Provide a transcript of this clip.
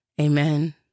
Amen